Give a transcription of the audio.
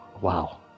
wow